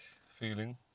feeling